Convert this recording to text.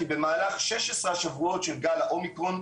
כי במהלך 16 השבועות של גל האומיקרון,